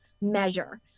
measure